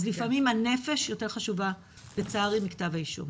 אז לפעמים הנפש יותר חשובה לצערי מכתב האישום.